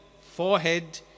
forehead